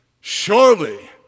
surely